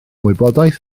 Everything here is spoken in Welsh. wybodaeth